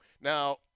Now